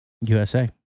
USA